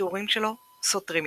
התיאורים שלו סותרים מדי.